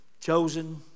Chosen